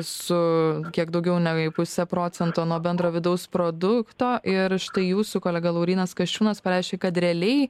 su kiek daugiau nei pusę procento nuo bendro vidaus produkto ir štai jūsų kolega laurynas kasčiūnas pareiškė kad realiai